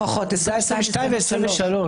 זה היה בבחירות לכנסת העשרים ושתיים והעשרים ושלוש,